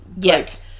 Yes